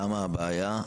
שם הבעיה.